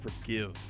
Forgive